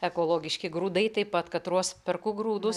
ekologiški grūdai taip pat katruos perku grūdus